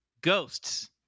ghosts